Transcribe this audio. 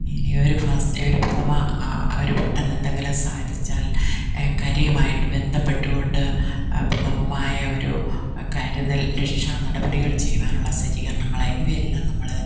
ഇനിയൊരു ഫസ് ഒരു പ്രഥമ ആ ഒരു പെട്ടെന്ന് എന്തെങ്കിലും സാധിച്ചാൽ കരയുമായിട്ട് ബന്ധപ്പെട്ടുകൊണ്ട് പ്രഥമമായ ഒരു കരുതൽ രക്ഷാ നടപടികൾ ചെയ്യുവാനുള്ള സജ്ജീകരണങ്ങൾ ഇവയെല്ലാം നമ്മൾ